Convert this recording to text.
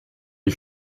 les